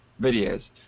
videos